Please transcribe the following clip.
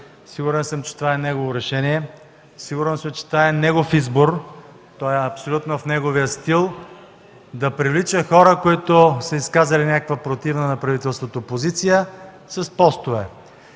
Сигурен съм, че това е негово решение. Сигурен съм, че това е негов избор. Абсолютно в неговия стил е да привлича хора, които са изказали някаква противна на правителството позиция, с постове.